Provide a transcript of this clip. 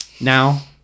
now